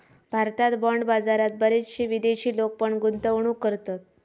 भारतात बाँड बाजारात बरेचशे विदेशी लोक पण गुंतवणूक करतत